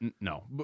No